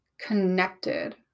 connected